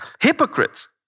hypocrites